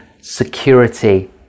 security